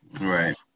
Right